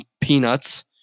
peanuts